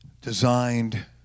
Designed